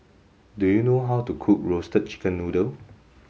do you know how to cook roasted chicken noodle